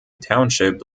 township